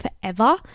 forever